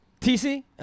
TC